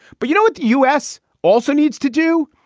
but, you know, the u s. also needs to do.